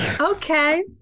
Okay